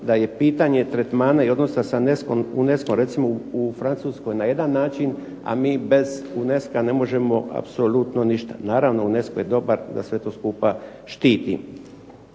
da je pitanje tretmana i odnosa sa UNESCO recimo u Francuskoj na jedan način, a mi bez UNESCO-a ne možemo apsolutno ništa. Naravno UNESCO je dobar da sve to skupa štiti.